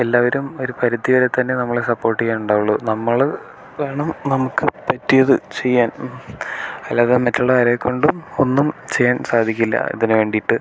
എല്ലാവരും ഒരു പരിധിവരെത്തന്നെ നമ്മളെ സപ്പോർട്ട് ചെയ്യാനുണ്ടാവുള്ളൂ നമ്മൾ വേണം നമുക്ക് പറ്റിയത് ചെയ്യാൻ അല്ലാതെ മറ്റുള്ള ആരെക്കൊണ്ടും ഒന്നും ചെയ്യാൻ സാധിക്കില്ല ഇതിന് വേണ്ടീട്ട്